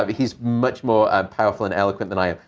ah he's much more powerful and eloquent than i am.